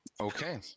Okay